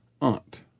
aunt